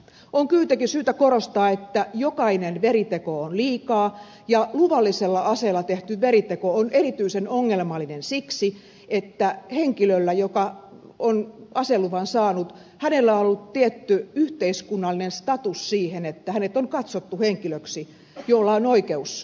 on kuitenkin syytä korostaa että jokainen veriteko on liikaa ja luvallisella aseella tehty veriteko on erityisen ongelmallinen siksi että henkilöllä joka on aseluvan saanut on ollut tietty yhteiskunnallinen status siihen että hänet on katsottu henkilöksi jolla on oikeus aseeseen